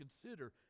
consider